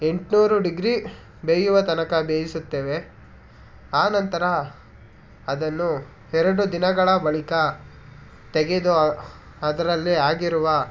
ಎಂಟು ನೂರು ಡಿಗ್ರಿ ಬೇಯುವ ತನಕ ಬೇಯಿಸುತ್ತೇವೆ ಆನಂತರ ಅದನ್ನು ಎರಡು ದಿನಗಳ ಬಳಿಕ ತೆಗೆದು ಅದರಲ್ಲಿ ಆಗಿರುವ